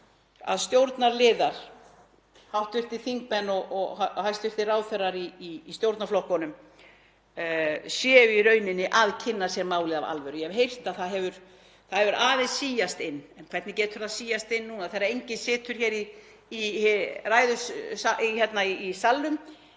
að stjórnarliðar, hv. þingmenn og hæstv. ráðherrar í stjórnarflokkunum, séu í raun að kynna sér málið af alvöru. Ég hef heyrt að þetta hefur aðeins síast inn. En hvernig getur það síast inn núna þegar enginn situr hér í salnum